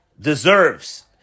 Deserves